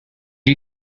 you